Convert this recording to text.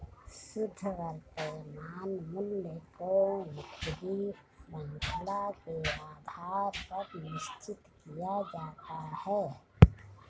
शुद्ध वर्तमान मूल्य को नकदी शृंखला के आधार पर निश्चित किया जाता है